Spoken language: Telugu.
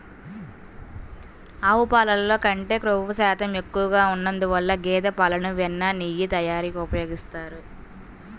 ఆవు పాలల్లో కంటే క్రొవ్వు శాతం ఎక్కువగా ఉన్నందువల్ల గేదె పాలను వెన్న, నెయ్యి తయారీకి ఉపయోగిస్తారు